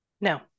No